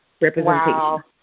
representation